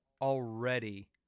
already